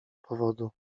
powodu